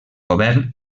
govern